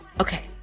Okay